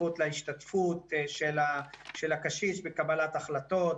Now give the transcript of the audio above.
הזכות להשתתפות של הקשיש בקבלת החלטות,